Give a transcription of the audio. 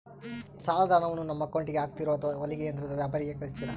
ಸಾಲದ ಹಣವನ್ನು ನಮ್ಮ ಅಕೌಂಟಿಗೆ ಹಾಕ್ತಿರೋ ಅಥವಾ ಹೊಲಿಗೆ ಯಂತ್ರದ ವ್ಯಾಪಾರಿಗೆ ಕಳಿಸ್ತಿರಾ?